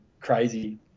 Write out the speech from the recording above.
crazy